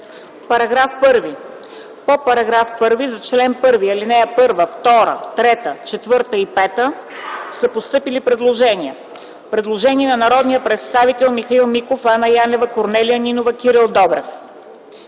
Параграф 1. По § 1 за чл. 1, ал. 1, 2, 3, 4 и 5 са постъпили предложения. Предложение от народните представители Михаил Миков, Анна Янева, Корнелия Нинова, Кирил Добрев.